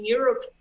Europe